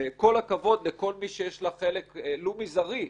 וכל הכבוד לכל מי שיש לה חלק, ולו מזערי,